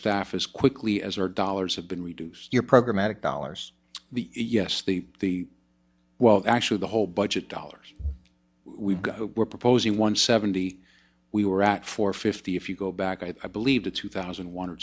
staff as quickly as our dollars have been reduced your program matic dollars the yes the the well actually the whole budget dollars we've got we're proposing one seventy we were at four fifty if you go back i believe to two thousand and one or